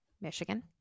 michigan